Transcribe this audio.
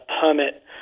permit